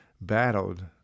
battled